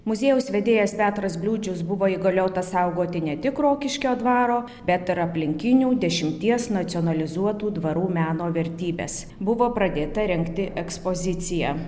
muziejaus vedėjas petras bliūdžius buvo įgaliotas saugoti ne tik rokiškio dvaro bet ir aplinkinių dešimties nacionalizuotų dvarų meno vertybes buvo pradėta rengti ekspozicija